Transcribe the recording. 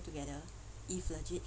together if legit